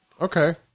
Okay